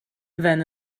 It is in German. wenn